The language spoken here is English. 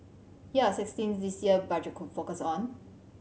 here are six things this year Budget could focus on